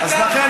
אז לכן,